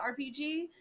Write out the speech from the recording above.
RPG